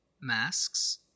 Masks